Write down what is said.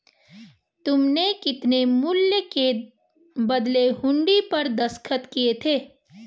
तुमने कितने मूल्य के बदले हुंडी पर दस्तखत किए थे?